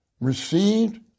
received